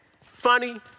funny